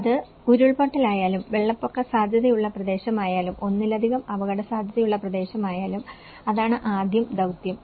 അത് ഉരുൾപൊട്ടലായാലും വെള്ളപ്പൊക്ക സാധ്യതയുള്ള പ്രദേശമായാലും ഒന്നിലധികം അപകടസാധ്യതയുള്ള പ്രദേശമായാലും അതാണ് ആദ്യ ദൌത്യം